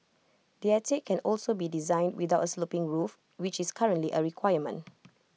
the attic can also be designed without A sloping roof which is currently A requirement